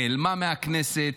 נעלמה מהכנסת,